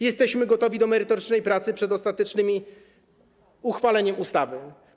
Jesteśmy gotowi do merytorycznej pracy przed ostatecznym uchwaleniem ustawy.